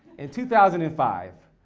in two thousand and five,